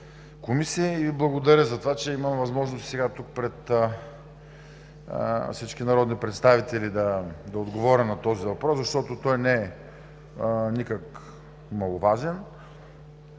Благодаря за това, че имам възможност сега тук пред всички народни представители да отговоря на този въпрос, защото той не е никак маловажен,